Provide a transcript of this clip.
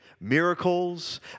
miracles